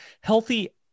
healthy